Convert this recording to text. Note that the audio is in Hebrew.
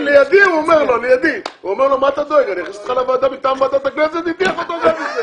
אני קורא לך לסדר פעם ראשונה ביטן.